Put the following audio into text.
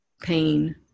pain